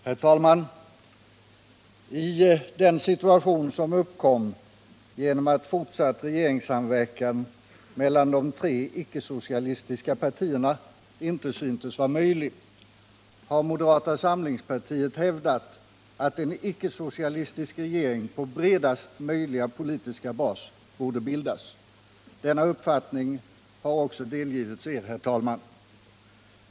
Herr talman! I den situation som uppkom genom att fortsatt regeringssamverkan mellan de tre icke-socialistiska partierna inte syntes vara möjlig har moderata samlingspartiet hävdat, att en icke-socialistisk regering på bredaste möjliga politiska bas borde bildas. Denna uppfattning har också delgivits er, herr talman.